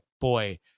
boy